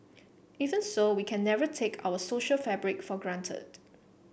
even so we can never take our social fabric for granted